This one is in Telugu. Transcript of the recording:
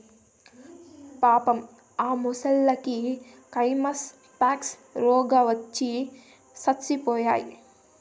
పాపం ఆ మొసల్లకి కైమస్ పాక్స్ రోగవచ్చి సచ్చిపోయాయి